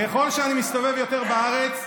אנחנו שקופים לחלוטין.